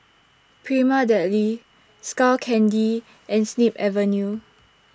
Prima Deli Skull Candy and Snip Avenue